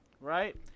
right